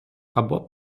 або